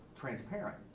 transparent